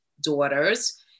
daughters